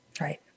Right